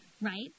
Right